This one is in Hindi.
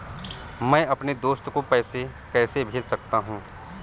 मैं अपने दोस्त को पैसे कैसे भेज सकता हूँ?